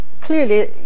clearly